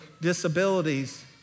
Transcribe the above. disabilities